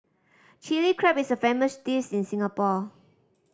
Chilli Crab is a famous dish in Singapore